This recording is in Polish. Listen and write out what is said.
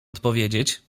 odpowiedzieć